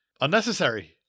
Unnecessary